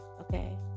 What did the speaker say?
okay